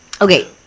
okay